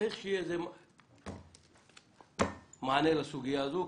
צריך שיהיה מענה לסוגיה הזאת.